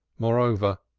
moreover,